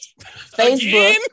Facebook